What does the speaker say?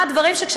מה הדברים שבהם,